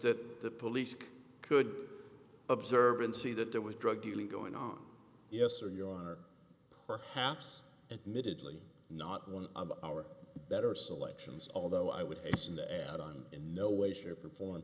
that the police could observe and see that there was drug dealing going on yes or your honor perhaps admitted lee not one of our better selections although i would hasten to add on in no way shape or form